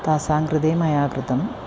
तासां कृते मया कृतम्